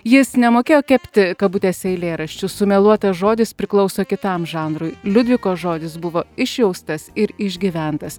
jis nemokėjo kepti kabutėse eilėraščių sumeluotas žodis priklauso kitam žanrui liudvikos žodis buvo išjaustas ir išgyventas